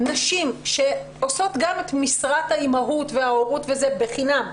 נשים שעושות גם את משרת האימהות וההורות בחינם,